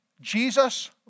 Jesus